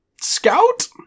scout